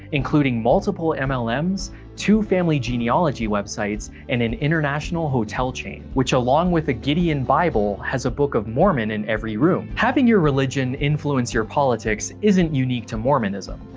including multiple um mlms, two family genealogy websites, and an international hotel chain. which along with a gideon bible, has a book of mormon in every room. having your religion influence your politics isn't unique to mormonism,